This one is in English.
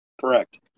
Correct